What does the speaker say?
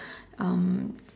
um